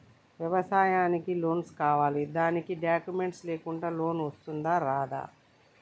వ్యవసాయానికి లోన్స్ కావాలి దానికి డాక్యుమెంట్స్ లేకుండా లోన్ వస్తుందా రాదా?